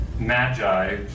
Magi